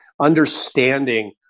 understanding